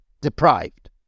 deprived